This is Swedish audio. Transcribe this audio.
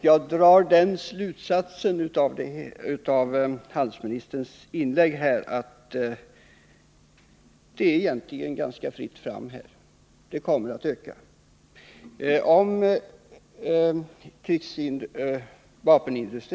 Jag drar den slutsatsen av handelsministerns inlägg att det egentligen är ganska fritt fram här och att vapenexporten kommer att öka.